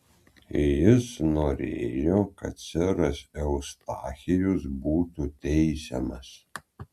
jis norėjo kad seras eustachijus būtų teisiamas